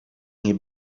nie